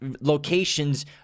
locations